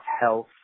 health